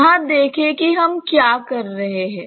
यहां देखें कि हम क्या कर रहे हैं